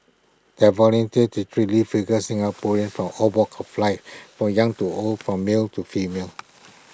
their volunteers literally figure Singaporeans for all walks of life for young to old for male to female